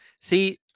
see